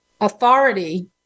authority